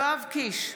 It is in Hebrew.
יואב קיש,